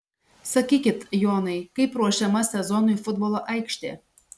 sakykit jonai kaip ruošiama sezonui futbolo aikštė